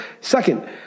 Second